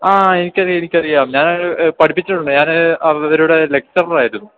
ആ എനിക്കറിയാം എനിക്കറിയാം ഞാൻ പഠിപ്പിച്ചിട്ടുണ്ട് ഞാൻ അവരുടെ ലെക്ച്ചറർ ആയിരുന്നു